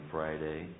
Friday